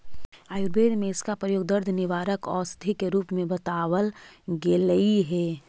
आयुर्वेद में इसका प्रयोग दर्द निवारक औषधि के रूप में बतावाल गेलई हे